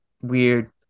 weird